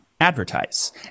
advertise